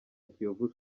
kiyovu